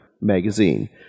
magazine